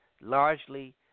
largely